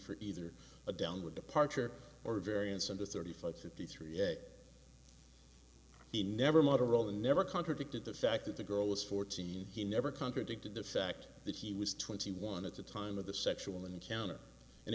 for either a downward departure or variance of the thirty five fifty three he never motorola never contradicted the fact that the girl was fourteen he never contradicted the fact that he was twenty one at the time of the sexual encounter and